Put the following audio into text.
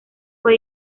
fue